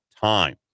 time